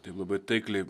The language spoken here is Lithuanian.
taip labai taikliai